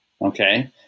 okay